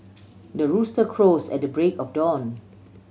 the rooster crows at the break of dawn